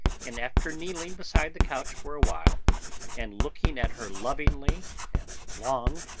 and, after kneeling beside the couch for a while and looking at her lovingly and long,